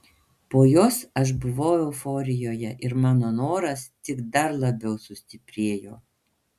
po jos aš buvau euforijoje ir mano noras tik dar labiau sustiprėjo